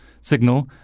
signal